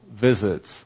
visits